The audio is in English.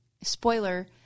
spoiler